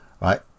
right